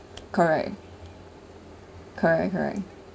correct correct correct